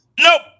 Nope